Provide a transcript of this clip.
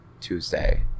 Tuesday